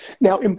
Now